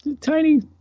tiny